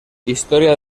historia